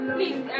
Please